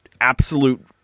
absolute